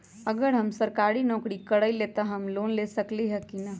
अगर हम सरकारी नौकरी करईले त हम लोन ले सकेली की न?